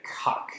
cuck